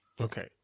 Okay